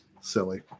silly